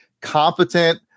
competent